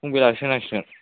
फुं बेलासि होनांसिगोन